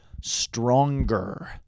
stronger